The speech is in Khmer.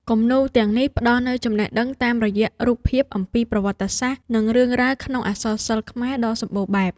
គំនូរទាំងនេះផ្ដល់នូវចំណេះដឹងតាមរយៈរូបភាពអំពីប្រវត្តិសាស្ត្រ និងរឿងរ៉ាវក្នុងអក្សរសិល្បខ្មែរដ៏សម្បូរបែប។